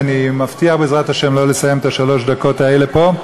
ואני מבטיח בעזרת השם לא לסיים את שלוש הדקות האלה פה.